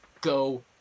go